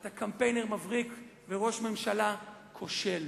אתה קמפיינר מבריק וראש ממשלה כושל.